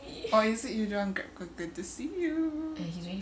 or is it you don't want grab 哥哥 to see you